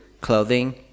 clothing